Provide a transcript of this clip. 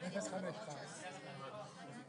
אנחנו נעשה הפסקה בדיון הבא ונשמע את הדברים.